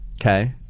Okay